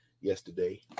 yesterday